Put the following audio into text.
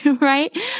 right